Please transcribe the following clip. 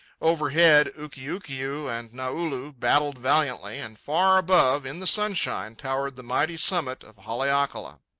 overhead ukiukiu and naulu battled valiantly, and far above, in the sunshine, towered the mighty summit of haleakala.